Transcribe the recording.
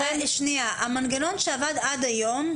המנגנון שעבד עד היום,